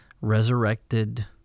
resurrected